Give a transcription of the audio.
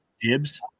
dibs